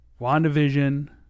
WandaVision